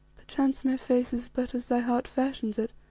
perchance my face is but as thy heart fashions it,